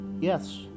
yes